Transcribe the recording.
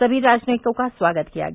सभी राजनयिकों का स्वागत किया गया